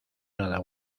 nada